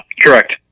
correct